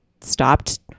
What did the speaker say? stopped